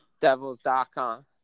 Devils.com